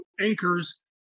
anchors